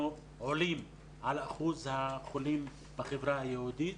שאנחנו עולים על אחוז החולים בחברה היהודית.